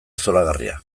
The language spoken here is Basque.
zoragarria